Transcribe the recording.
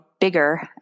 bigger